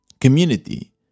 community